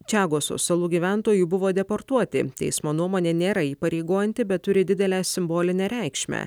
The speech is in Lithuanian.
čiagoso salų gyventojai buvo deportuoti teismo nuomonė nėra įpareigojanti bet turi didelę simbolinę reikšmę